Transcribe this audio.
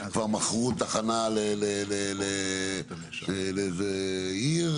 כבר מכרו תחנה לאיזה עיר